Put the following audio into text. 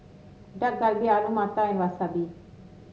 Dak Galbi Alu Matar and Wasabi